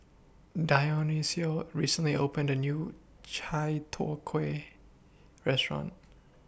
Dionicio recently opened A New Chai Tow Kway Restaurant